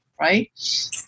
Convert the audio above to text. right